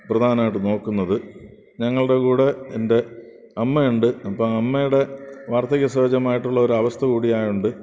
പ്രധാനായിട്ടും നോക്കുന്നത് ഞങ്ങളുടെ കൂടെ എൻ്റെ അമ്മയുണ്ട് അപ്പോൾ അമ്മയുടെ വാർദ്ധക്യ സഹജമായിട്ടുള്ള ഒരു അവസ്ഥ കൂടി ആയത്കൊണ്ട്